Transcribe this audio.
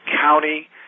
county